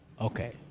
Okay